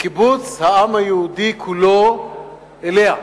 בקיבוץ העם היהודי כולו אליה.